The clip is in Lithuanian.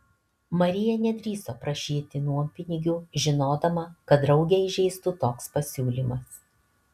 marija nedrįso prašyti nuompinigių žinodama kad draugę įžeistų toks pasiūlymas